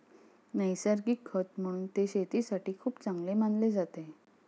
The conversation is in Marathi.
नैसर्गिक खत म्हणून ते शेतीसाठी खूप चांगले मानले जाते